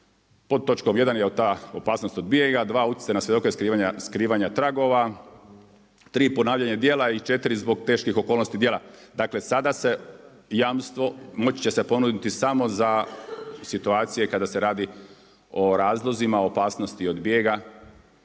pod točkom 1. je ta opasnost od bijega, 2. utjecaj na svjedoke i skrivanje tragova, 3. ponavljanje dijela i 4. zbog teških okolnosti dijela. Dakle, sada se jamstvo, moći će se ponuditi samo za situacije kada se radi o razlozima, od opasnosti od bijega,